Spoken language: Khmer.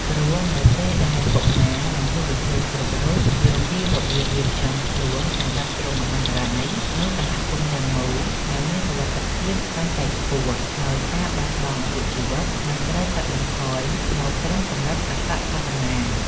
ព្រោះនៅពេលដែលកុមារ និងយុវជនគ្រប់រូបយល់ពីរបៀបរៀបចំខ្លួនសម្រាប់គ្រោះមហន្តរាយ នោះសហគមន៍ទាំងមូលនឹងមានសុវត្ថិភាពកាន់តែខ្ពស់ ហើយការបាត់បង់អាយុជីវិតនឹងត្រូវកាត់បន្ថយមកត្រឹមកម្រិតអប្បបរមា។